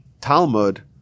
Talmud